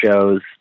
shows